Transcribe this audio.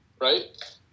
right